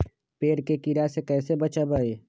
पेड़ के कीड़ा से कैसे बचबई?